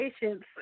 patience